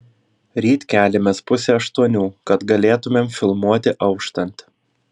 ryt keliamės pusę aštuonių kad galėtumėm filmuoti auštant